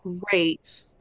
great